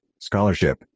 scholarship